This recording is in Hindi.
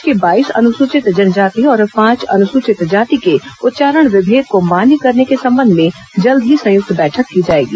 प्रदेश की बाईस अनुसूचित जनजाति और पांच अनुसूचित जाति के उच्चारण विभेद को मान्य करने के संबंध में जल्द ही संयुक्त बैठक की जाएगी